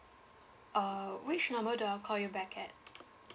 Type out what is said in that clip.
err which number do I call you back at